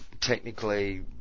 technically